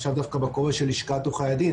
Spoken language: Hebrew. עכשיו דווקא בכובע של לשכת עורכי הדין,